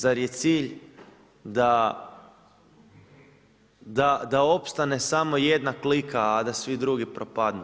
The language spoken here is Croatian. Zar je cilj da opstane samo jedna klika, a da svi drugi propadnu.